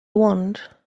want